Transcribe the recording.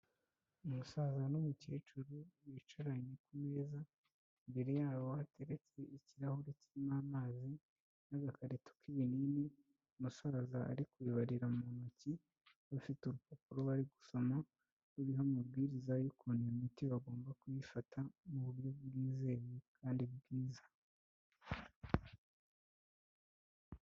Umusaza n'umukecuru bicaranye ku meza imbere yabo hateretse ikirahuri kirimo amazi n'agakarito k'ibinini, umusaza ari kuyibibarira mu ntoki bafite urupapuro bari gusoma ruriho amabwiriza y'ukuntu iyo miti bagomba kuyifata mu buryo bwizewe kandi bwiza.